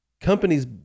companies